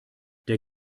der